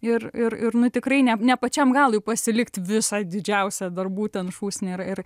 ir ir ir nu tikrai ne ne pačiam galui pasilikt visą didžiausią darbų ten šūsnį ir ir